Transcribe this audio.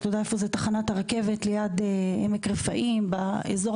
אתה יודע איפה זה תחנת הרכבת ליד עמק רפאים באזור,